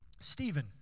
Stephen